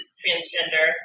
transgender